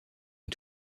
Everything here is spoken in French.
est